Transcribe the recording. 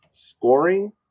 Scoring